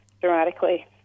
dramatically